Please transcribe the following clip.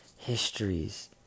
Histories